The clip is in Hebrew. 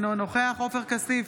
אינו נוכח עופר כסיף,